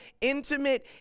intimate